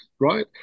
right